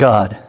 God